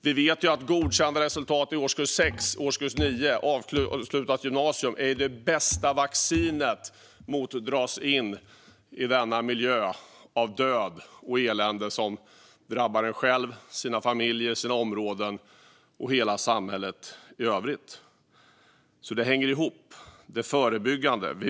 Vi vet att godkända resultat i årskurs 6 och årskurs 9 och att ha avslutat gymnasiet är det bästa vaccinet mot att dras in i denna miljö av död och elände, som drabbar en själv, ens familj, ens område och hela övriga samhället. Det hänger ihop; det är förebyggande.